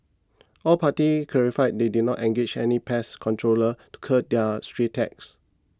all parties clarified they did not engage any pest controllers to cull their stray cats